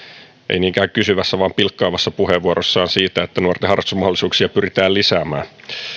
ei niinkään kysyvässä vaan pilkkaavassa puheenvuorossaan siitä että nuorten harrastusmahdollisuuksia pyritään lisäämään